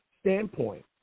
standpoint